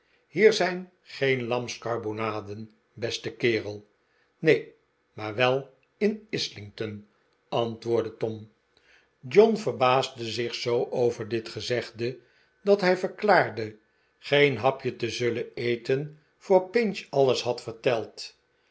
hier zijn geen lamskarbonaden beste kerel neen maar wel in islington antwoordde tom john verbaasde zich zoo over dit gezegde dat hij verklaarde geen hapje te zullen eten voor pinch alles had verteld